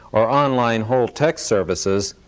or online whole-text services,